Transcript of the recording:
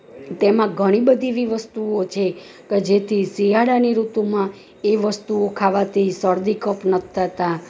તેમાં ઘણી બધી એવી વસ્તુઓ છે કે જેથી શિયાળાની ઋતુમાં એ વસ્તુઓ ખાવાંથી શરદી કફ નથી થતા